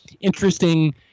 interesting